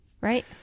right